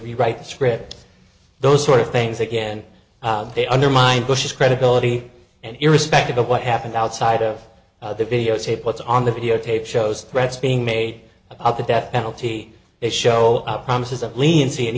rewrite the script those sort of things again they undermine bush's credibility and irrespective of what happened outside of the videotape what's on the videotape shows threats being made about the death penalty they show up promises of leniency and